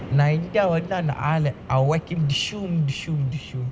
நா:naa india வந்து அந்த ஆள:vanthu andha aala I walk keep disoom disoom disoom